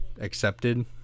Accepted